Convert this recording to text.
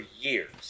years